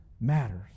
matters